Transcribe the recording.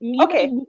okay